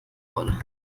wurde